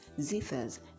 zithers